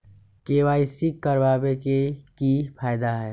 KYC करवाबे के कि फायदा है?